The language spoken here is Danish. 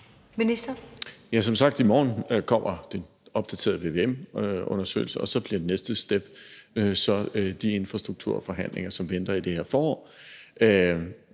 Engelbrecht): Som sagt kommer den opdaterede vvm-undersøgelse i morgen, og så bliver det næste step de infrastrukturforhandlinger, som venter i det her forår.